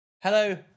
hello